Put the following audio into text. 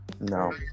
No